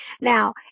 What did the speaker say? Now